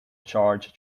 charge